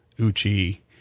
Uchi